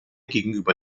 gegenüber